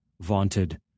vaunted